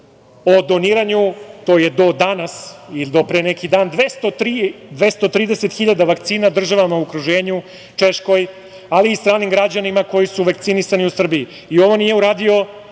o doniranju, to je do danas ili do pre neki dan, 230 hiljada vakcina državama u okruženju, Češkoj, ali i stranim građanima koji su vakcinisani u Srbiji. Ovo nije uradio